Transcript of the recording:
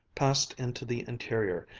passed into the interior,